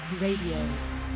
RADIO